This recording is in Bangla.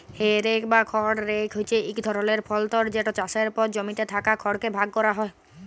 হে রেক বা খড় রেক হছে ইক ধরলের যলতর যেট চাষের পর জমিতে থ্যাকা খড়কে ভাগ ক্যরা হ্যয়